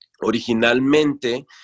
originalmente